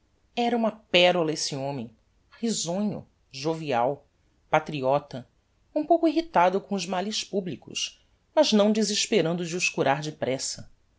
era uma perola esse homem risonho jovial patriota um pouco irritado com os males publicos mas não desesperando de